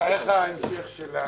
הישיבה